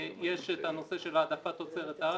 יש את הנושא של העדפת תוצרת הארץ,